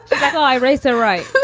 i raise her right,